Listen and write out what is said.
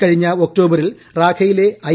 കഴിഞ്ഞ ഒക്ടോബറിൽ റാഖയിലെ ഐ